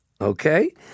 Okay